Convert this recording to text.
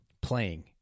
playing